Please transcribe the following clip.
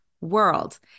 world